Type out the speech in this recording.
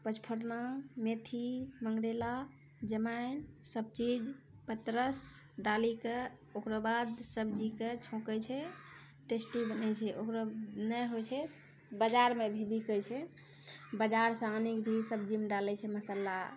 पचफोरना मेथी मङ्गरैला जमैन सब चीज पतरस डालिके ओकरा बाद सब्जीके छौँकै छै टेस्टी बनै छै ओकरो नहि होइ छै बजारमे भी बिकै छै बजारसँ आनिके भी सब्जीमे डालै छै मसल्ला